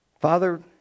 Father